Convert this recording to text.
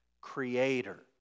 Creator